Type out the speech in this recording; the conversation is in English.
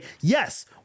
yes